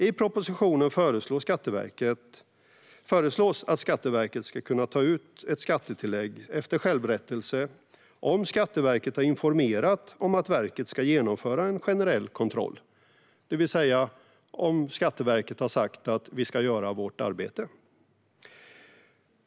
I propositionen föreslås att Skatteverket ska kunna ta ut skattetillägg efter självrättelser om Skatteverket har informerat om att verket ska genomföra en generell kontroll, det vill säga om Skatteverket har sagt att man ska göra sitt arbete.